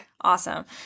awesome